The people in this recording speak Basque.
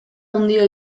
handia